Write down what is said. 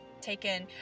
taken